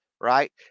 right